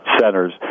centers